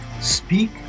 speak